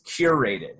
curated